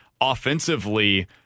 offensively